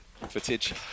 footage